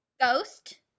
Ghost